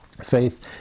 Faith